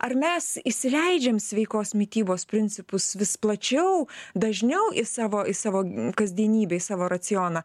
ar mes įsileidžiam sveikos mitybos principus vis plačiau dažniau į savo į savo kasdienybę į savo racioną